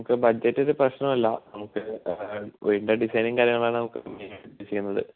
ഞങ്ങൾക്ക് ബജറ്റ് ഒരു പ്രശ്നമല്ല നമുക്ക് വീടിൻ്റെ ഡിസൈനും കാര്യങ്ങളുമെല്ലാം നമുക്ക് ചെയ്യുന്നത്